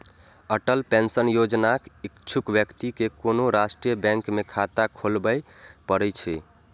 Atal pension योजनाक इच्छुक व्यक्ति कें कोनो राष्ट्रीय बैंक मे खाता खोलबय पड़ै छै